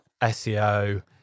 SEO